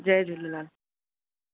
Jay Jhulelal